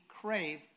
crave